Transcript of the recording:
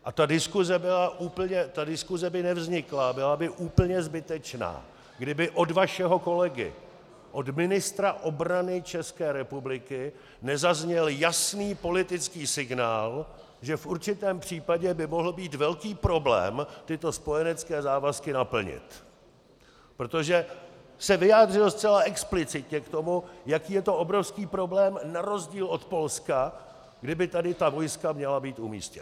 A ta diskuse by nevznikla a byla by úplně zbytečná, kdyby od vašeho kolegy, od ministra obrany České republiky, nezazněl jasný politický signál, že v určitém případě by mohl být velký problém tyto spojenecké závazky naplnit, protože se vyjádřil zcela explicitně k tomu, jaký je to obrovský problém, na rozdíl od Polska, kdyby tady ta vojska měla být umístěna.